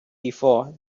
before